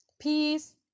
peace